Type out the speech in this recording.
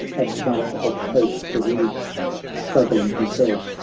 at once of hope bereaved struggling he fell,